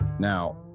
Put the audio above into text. Now